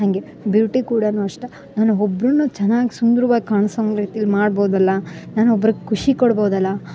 ನನಗೆ ಬ್ಯೂಟಿ ಕೂಡಾನು ಅಷ್ಟೆ ನಾನು ಒಬ್ಬರೂನು ಚೆನ್ನಾಗಿ ಸುಂದ್ರವಾಗ ಕಾಣ್ಸೊಂಗ ರೀತೀಲಿ ಮಾಡಬೋದಲ್ಲ ನಾನು ಒಬ್ರ್ಗ ಖುಷಿ ಕೊಡಬೋದಲ್ಲ